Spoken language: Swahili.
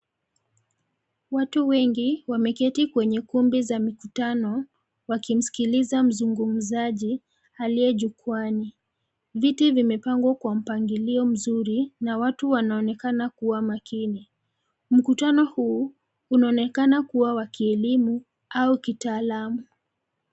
Watu wengi, wameketi kwenye kumbi za mikutano, wakimsikiliza mzungumzaji, aliye jukwaani, viti vimepangwa kwa mpangilio mzuri na watu wanaonekana kuwa makini, mkutano huu, unaonekana kuwa wa kielimu, au kitaalam.